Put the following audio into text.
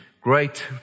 great